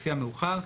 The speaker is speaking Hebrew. לפי המאוחר,